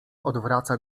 odwraca